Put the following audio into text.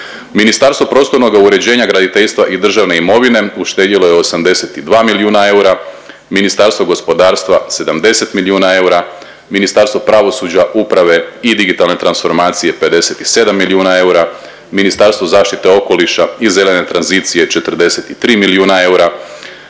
Ministarstvo prostornoga uređenja, graditeljstva i državne imovine uštedjelo je 82 milijuna eura, Ministarstvo gospodarstva 70 milijuna eura, Ministarstvo pravosuđa, uprave i digitalne transformacije 57 milijuna eura, Ministarstvo zaštite okoliša i zelene tranzicije 43 milijuna eura,